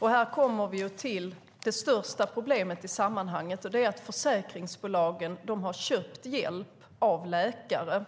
Här kommer vi till det största problemet i sammanhanget - att försäkringsbolagen har köpt hjälp av läkare.